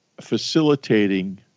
facilitating